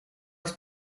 his